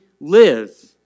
live